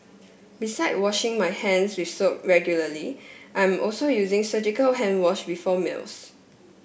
beside washing my hands with soap regularly I'm also using surgical hand wash before meals